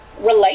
relate